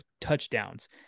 touchdowns